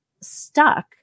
stuck